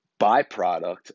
byproduct